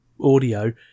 audio